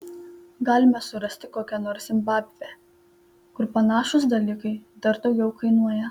galime surasti kokią nors zimbabvę kur panašūs dalykai dar daugiau kainuoja